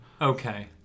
Okay